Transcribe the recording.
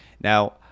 Now